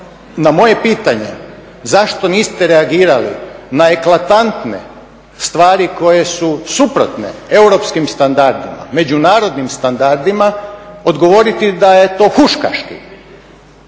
na moje pitanje zašto niste reagirali na eklatantne stvari koje su suprotne europskim standardima, međunarodnim standardima odgovoriti da je to huškački.